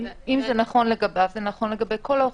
אם זה נכון לגביו, זה נכון לגבי כל האוכלוסייה.